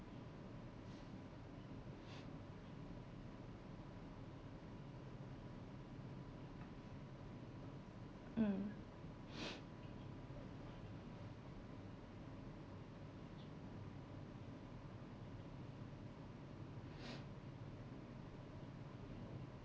mm